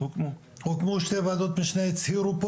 הוקמו שתי ועדות משנה שהצהירו פה,